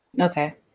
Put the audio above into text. Okay